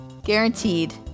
Guaranteed